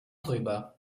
drüber